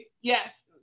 yes